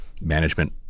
management